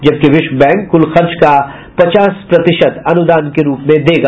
जबकि विश्व बैंक कुल खर्च का पचास प्रतिशत अनुदान के रूप में देगा